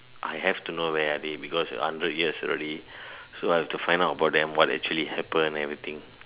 I have to know where are they because hundred years already so I have to find out about them what actually happen everything